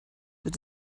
with